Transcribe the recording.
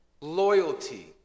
loyalty